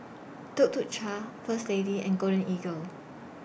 Tuk Tuk Cha First Lady and Golden Eagle